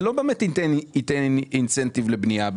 זה לא באמת ייתן לי אינסנטיב לבנייה.